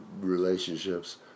relationships